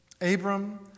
Abram